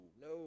no